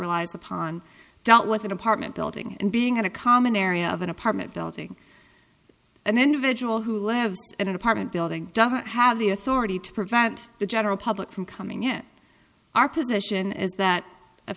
relies upon dealt with an apartment building and being in a common area of an apartment building an individual who lives in an apartment building doesn't have the authority to prevent the general public from coming in our position is that